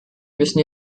müssen